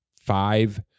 Five